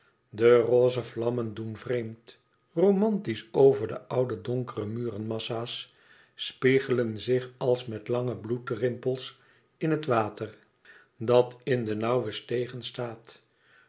de rosse vlammen doen vreemd romantisch over de oude donkere murenmassa's spiegelen zich als met lange bloedrimpels in het water dat in de nauwe stegen staat